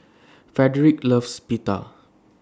Frederick loves Pita